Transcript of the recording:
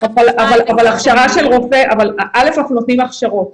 תיכף נשמע נציגים של --- אבל הכשרה של רופא אנחנו נותנים הכשרות,